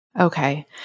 Okay